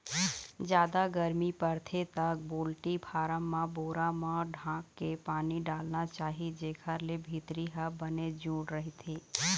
जादा गरमी परथे त पोल्टी फारम ल बोरा मन म ढांक के पानी डालना चाही जेखर ले भीतरी ह बने जूड़ रहिथे